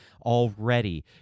already